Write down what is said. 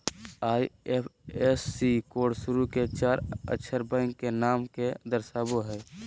IFSC code शुरू के चार अक्षर बैंक के नाम के दर्शावो हइ